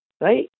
right